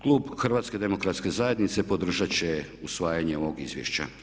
Klub HDZ-a podržat će usvajanje ovog izvješća.